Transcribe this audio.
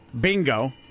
Bingo